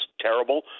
terrible